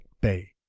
bay